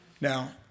Now